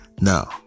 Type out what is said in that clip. now